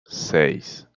seis